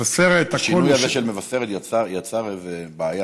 השינוי הזה של מבשרת יצר איזו בעיה.